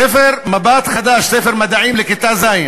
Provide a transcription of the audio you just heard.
הספר "מבט חדש", ספר מדעים לכיתה ז'